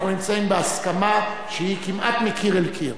אנחנו נמצאים בהסכמה שהיא כמעט מקיר אל קיר.